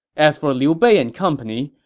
as for liu bei and company,